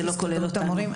זה לא כולל אותנו.